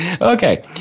Okay